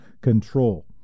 control